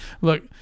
Look